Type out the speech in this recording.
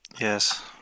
Yes